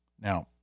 Now